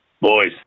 Boys